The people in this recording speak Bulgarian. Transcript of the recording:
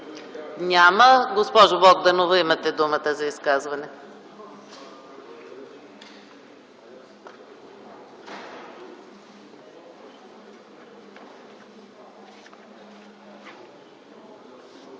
Няма. Госпожо Богданова, имате думата за изказване.